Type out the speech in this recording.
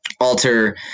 alter